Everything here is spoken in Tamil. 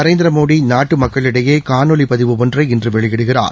நரேந்திரமோடிநாட்டுமக்களிடையேகாணொலிபதிவு ஒன்றை இன்றுவெளியிடுகிறார்